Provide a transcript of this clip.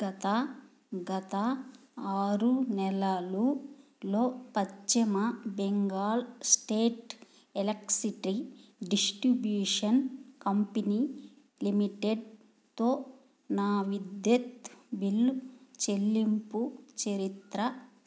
గత గత ఆరు నెలలలో పశ్చిమ Bengal state electricity distribution company లిమిటెడ్తో నా విద్యుత్ బిల్ చెల్లింపు చరిత్ర